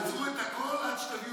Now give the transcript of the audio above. אז תעצרו את הכול עד שתביאו את הכול ביחד.